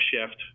shift